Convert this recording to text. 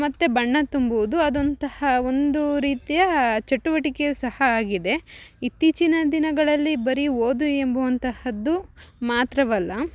ಮತ್ತು ಬಣ್ಣ ತುಂಬುವುದು ಅದೊಂಥರ ಒಂದು ರೀತಿಯ ಚಟುವಟಿಕೆಯು ಸಹ ಆಗಿದೆ ಇತ್ತೀಚಿನ ದಿನಗಳಲ್ಲಿ ಬರಿ ಓದು ಎಂಬುವಂತಹದ್ದು ಮಾತ್ರವಲ್ಲ